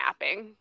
mapping